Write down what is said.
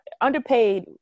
underpaid